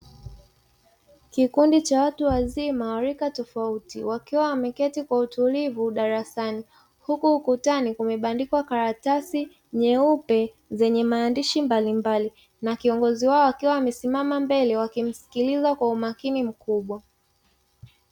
Kikundi cha watu wazima rika tofauti, wakiwa wameketi kwa utulivu darasani, huku ukutani kumebandikwa karatasi nyeupe zenye maandishi mbalimbali, na kiongozi wao akiwa amesimama mbele wakimsikiliza kwa umakini mkubwa.